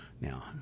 Now